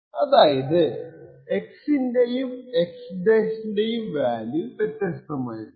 അതായത് x ൻറെയും x ൻറെയും വാല്യൂ വ്യത്യസ്തമായിരിക്കും